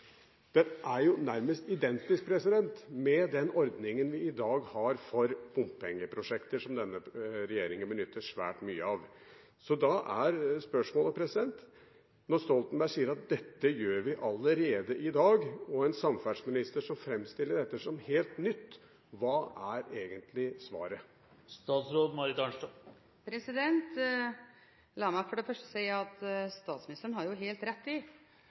er jo nærmest identisk med den ordningen vi i dag har for bompengeprosjekter, som denne regjeringen benytter svært mye. Da er spørsmålet – når Stolenberg sier at dette gjør vi allerede i dag, og en samferdselsminister framstiller dette som helt nytt: Hva er egentlig svaret? La meg for det første si at statsministeren har helt rett i